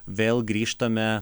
vėl grįžtame